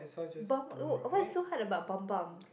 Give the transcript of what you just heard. Bam~ what's so hard about Bambang